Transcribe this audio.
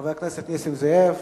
חבר הכנסת נסים זאב,